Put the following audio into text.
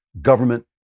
government